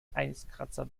eiskratzer